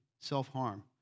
Self-harm